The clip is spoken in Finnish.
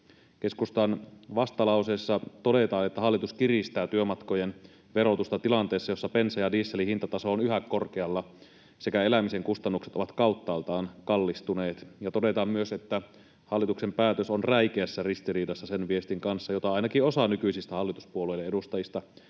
Keskustan vastalauseessa todetaan, että hallitus kiristää työmatkojen verotusta tilanteessa, jossa bensan ja dieselin hintataso on yhä korkealla sekä elämisen kustannukset ovat kauttaaltaan kallistuneet, ja todetaan myös, että hallituksen päätös on räikeässä ristiriidassa sen viestin kanssa, jota ainakin osa nykyisistä hallituspuolueiden edustajista